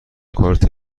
کارت